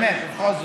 בכל זאת,